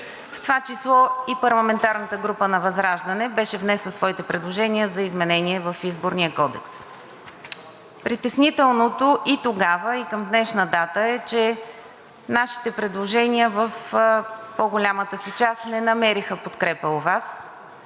в това число и парламентарната група на ВЪЗРАЖДАНЕ беше внесла своите предложения за изменения в Изборния кодекс. Притеснителното и тогава, и към днешна дата е, че нашите предложения в по-голямата си част не намериха подкрепа у Вас,